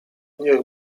niech